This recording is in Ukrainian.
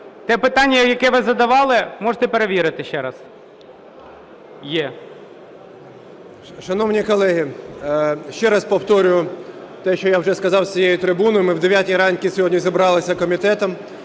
Те питання, яке ви задавали, можете перевірити ще раз. 11:11:54 ГЕТМАНЦЕВ Д.О. Шановні колеги, ще раз повторюю те, що я вже сказав з цієї трибуни. Ми о 9 ранку сьогодні зібралися комітетом